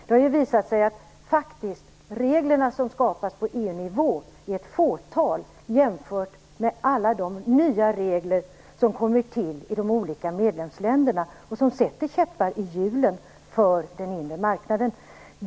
Det har ju visat sig att det skapas ett fåtal regler på EU-nivå, jämfört med alla de nya regler som kommer till i de olika medlemsländerna och som sätter käppar i hjulen för den inre marknaden.